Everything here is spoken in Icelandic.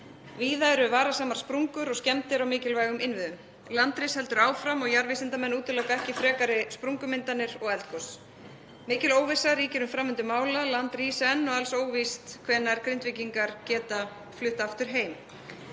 Víða eru varasamar sprungur og skemmdir á mikilvægum innviðum. Landris heldur áfram og jarðvísindamenn útiloka ekki frekari sprungumyndanir og eldgos. Mikil óvissa ríkir um framvindu mála, land rís enn og alls óvíst hvenær Grindvíkingar geta flutt aftur heim.